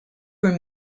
were